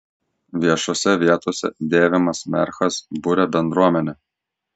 viešose vietose dėvimas merchas buria bendruomenę